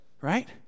Right